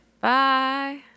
Bye